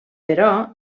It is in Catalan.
però